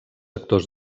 actors